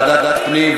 לוועדת הפנים,